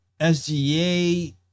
SGA